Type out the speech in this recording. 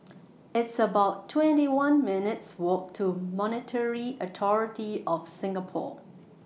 It's about twenty one minutes' Walk to Monetary Authority of Singapore